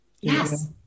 Yes